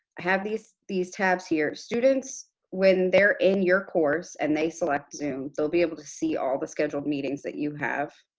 have these these tabs, here students, when they're in your course and they select zoom, they'll be able to see all of the scheduled meeting that you have,